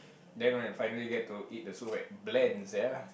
then right finally get to eat the soup right bland sia